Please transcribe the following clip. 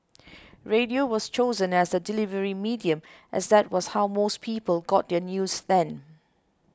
radio was chosen as the delivery medium as that was how most people got their news then